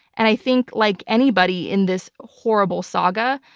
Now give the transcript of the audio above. and i think, like anybody in this horrible saga,